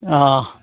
अ